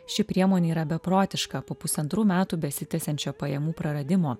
ši priemonė yra beprotiška po pusantrų metų besitęsiančio pajamų praradimo